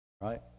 right